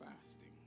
fasting